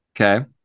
Okay